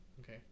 okay